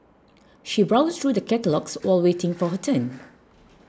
she browsed through the catalogues while waiting for her turn